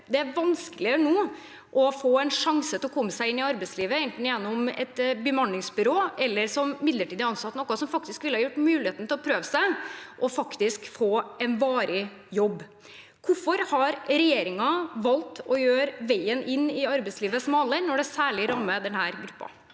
Det er vanskeligere nå å få en sjanse til å komme seg inn i arbeidslivet enten gjennom et bemanningsbyrå eller som midlertidig ansatt, noe som ville ha gitt muligheten til å prøve seg og faktisk få en varig jobb. Hvorfor har regjeringen valgt å gjøre veien inn i arbeidslivet smalere når det særlig rammer denne gruppen?